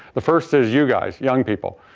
the first is you guys, young people.